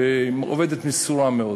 והיא עובדת מסורה מאוד